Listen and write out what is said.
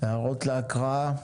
הערות להקראה.